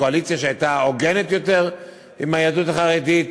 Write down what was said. קואליציה שהייתה הוגנת יותר עם היהדות החרדית,